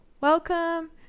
welcome